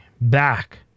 back